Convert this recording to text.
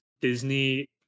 Disney